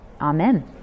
amen